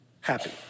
happy